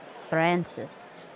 Francis